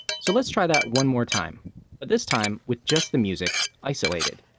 so let's try that one more time, but this time with just the music isolated.